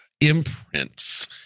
imprints